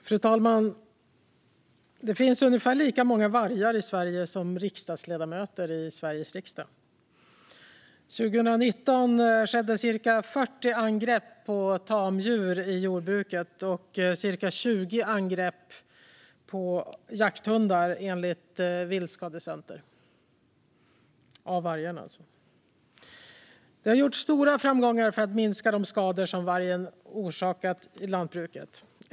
Fru talman! Det finns ungefär lika många vargar i Sverige som riksdagsledamöter i Sveriges riksdag. År 2019 skedde cirka 40 angrepp på tamdjur i jordbruket och cirka 20 angrepp på jakthundar av vargar, enligt Viltskadecenter. Det har gjorts stora framgångar för att minska de skador som vargen orsakar lantbruket.